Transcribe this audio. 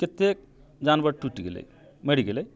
कत्तेक जानवर टूटि गेलै मरि गेलै